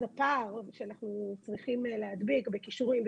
אז הפער שאנחנו צריכים להדביק בכישורים,